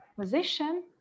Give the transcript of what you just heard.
position